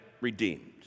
redeemed